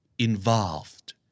Involved